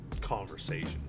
conversation